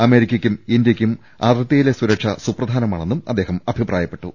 അമേരിക്കയ്ക്കും ഇന്ത്യയ്ക്കും അതിർത്തി യിലെ സുരക്ഷ സുപ്രധാനമാണെന്നും അദ്ദേഹം അഭിപ്രായപ്പെട്ടു